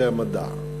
זה המדע.